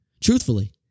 Truthfully